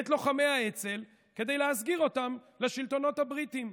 את לוחמי האצ"ל כדי להסגיר אותם לשלטונות הבריטיים,